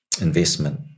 investment